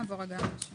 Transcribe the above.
נעבור על זה.